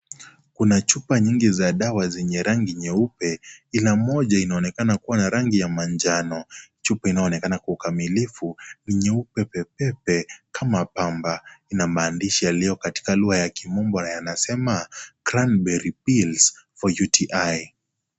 Kuna chupa nyingi za dawa zenye rangi nyeupe, kuna moja inaonekana kuwa na rangi ya manjano chupa inayoonekana kwa ukamilifu ni nyeupe pepepe kama pamba, inamaandishi iliyokatika lugha ya kimombo na yanasema Grandberry pills for UTI .